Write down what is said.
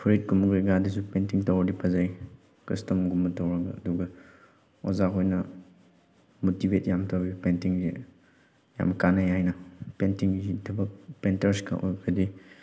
ꯐꯨꯔꯤꯠꯀꯨꯝꯕ ꯀꯩꯀꯥꯗꯁꯨ ꯄꯦꯟꯇꯤꯡ ꯇꯧꯔꯗꯤ ꯐꯖꯩ ꯀꯁꯇꯝꯒꯨꯝꯕ ꯇꯧꯔꯒ ꯑꯗꯨꯒ ꯑꯣꯖꯥꯈꯣꯏꯅ ꯃꯣꯇꯤꯚꯦꯠ ꯌꯥꯝ ꯇꯧꯏ ꯄꯦꯟꯇꯤꯡꯁꯦ ꯌꯥꯝ ꯀꯥꯟꯅꯩ ꯍꯥꯏꯅ ꯄꯦꯟꯇꯤꯡꯒꯤ ꯊꯕꯛ ꯄꯦꯟꯇ꯭ꯔꯁꯀ ꯑꯣꯏꯔꯒꯗꯤ